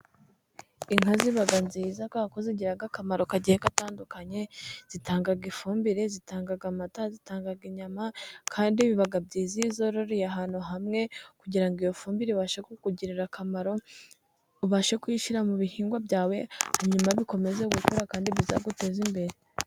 Inka ziba nziza kuko zigira akamaro kagiye gatandukanye. Zitanga ifumbire ,zitanga amata, zitanga inyama. Kandi biba byiza iyo uzororeye ahantu hamwe kugira ngo iyo fumbire ibashe kukugirira akamaro ,ubashe kuyishyira mu bihingwa byawe, hanyuma bikomeze gukura kandi bizaguteze imbere.